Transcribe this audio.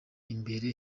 imbere